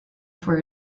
for